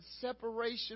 separation